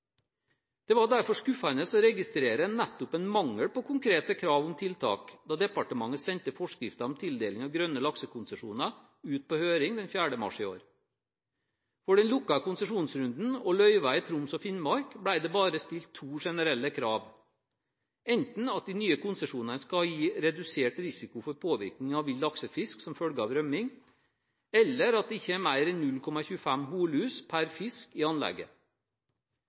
Det var derfor skuffende å registrere nettopp en mangel på konkrete krav om tiltak da departementet sendte forskriften om tildeling av grønne laksekonsesjoner ut på høring den 4. mars i år. For den lukkede konsesjonsrunden og løyvene i Troms og Finnmark ble det bare stilt to generelle krav: enten at de nye konsesjonene skal gi redusert risiko for påvirkning av vill laksefisk som følge av rømning, eller at det ikke er mer enn 0,25 hunnlus per fisk i anlegget.